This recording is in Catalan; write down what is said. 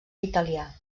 italià